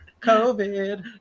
COVID